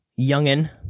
youngin